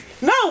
no